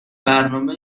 برنامه